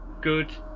good